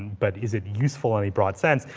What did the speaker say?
but is it useful in a broad sense?